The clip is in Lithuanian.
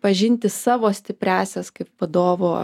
pažinti savo stipriąsias kaip vadovo